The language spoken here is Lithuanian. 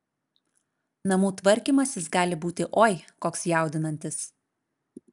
namų tvarkymasis gali būti oi koks jaudinantis